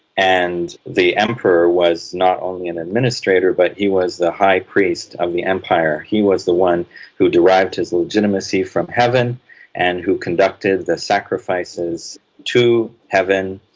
and the emperor was not only an administrator but he was the high priest of the empire. he was the one who derived his legitimacy from heaven and who conducted the sacrifices to heaven.